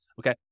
Okay